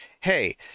hey